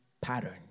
pattern